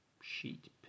sheet